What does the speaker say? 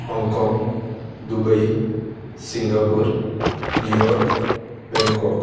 Hong Kong Dubai Singapore New York Bangkok